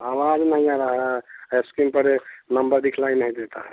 आवाज़ नहीं आ रही है यह स्क्रीन पर यह नंबर दिखलाई नहीं देते हैं